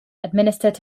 administered